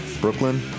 Brooklyn